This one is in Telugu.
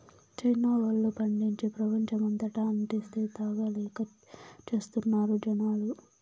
చైనా వోల్లు పండించి, ప్రపంచమంతటా అంటిస్తే, తాగలేక చస్తున్నారు జనాలు